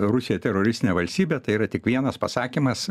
rusiją teroristine valstybe tai yra tik vienas pasakymas